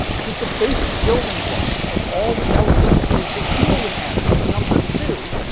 since the basic building block of all the elements is the helium atom with number two.